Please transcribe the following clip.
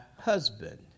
husband